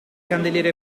candeliere